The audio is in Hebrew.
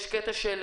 צריכים להיות